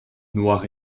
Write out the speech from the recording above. noir